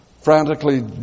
frantically